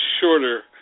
shorter